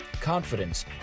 confidence